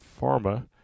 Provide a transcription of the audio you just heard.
pharma